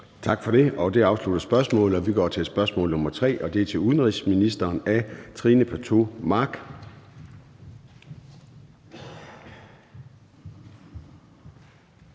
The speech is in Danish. Tak for det. Det afslutter spørgsmålet. Vi går til spørgsmål nr. 3, og det er til udenrigsministeren af Trine Pertou Mach.